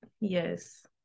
Yes